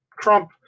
Trump